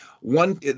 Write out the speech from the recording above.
one